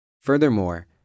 Furthermore